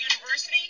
University